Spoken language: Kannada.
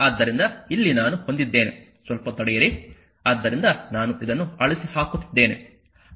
ಆದ್ದರಿಂದ ಇಲ್ಲಿ ನಾನು ಹೊಂದಿದ್ದೇನೆ ಸ್ವಲ್ಪ ತಡೆಯಿರಿ ಆದ್ದರಿಂದ ನಾನು ಇದನ್ನು ಅಳಿಸಿ ಹಾಕುತ್ತಿದ್ದೇನೆ